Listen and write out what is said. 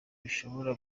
bishobora